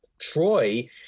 Troy